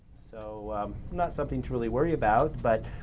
so not something to really worry about, but